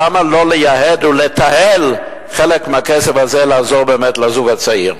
למה לא לייעד ולתעל חלק מהכסף הזה לעזור באמת לזוג הצעיר?